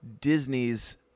Disney's –